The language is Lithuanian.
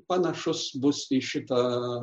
panašus bus į šitą